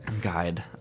guide